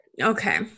Okay